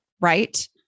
right